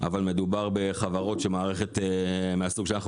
אבל מדובר בחברות שמערכת מהסוג שאנחנו